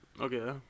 Okay